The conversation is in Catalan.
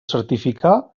certificar